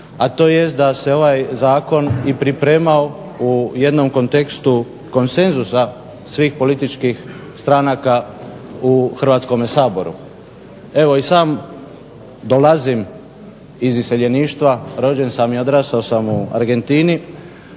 a to jest da se ovaj Zakon i pripremao u jednom kontekstu konsenzusa svih političkih stranaka u Hrvatskom saboru. Evo, i sam dolazim iz iseljeništva odrasao sam u Argentini